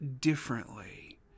differently